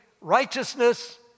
righteousness